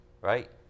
right